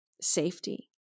safety